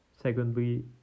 secondly